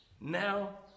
now